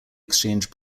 exchange